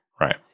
Right